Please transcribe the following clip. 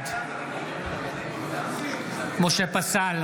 בעד משה פסל,